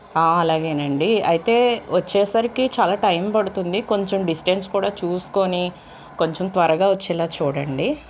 అలాగేనండి అయితే వచ్చేసరికి చాలా టైం పడుతుంది కొంచెం డిస్టెన్స్ కూడా చూసుకొని కొంచెం త్వరగా వచ్చేలా చూడండి